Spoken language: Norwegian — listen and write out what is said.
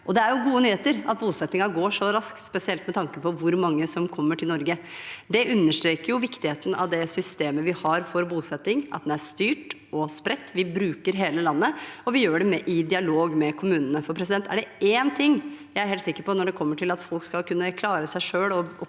Det er gode nyheter at bosettingen går så raskt, spesielt med tanke på hvor mange som kommer til Norge. Det understreker viktigheten av det systemet vi har for bosetting: at den er styrt og spredt, at vi bruker hele landet, og at vi gjør det i dialog med kommunene. Er det én ting jeg er helt sikker på med hensyn til at folk skal kunne klare seg selv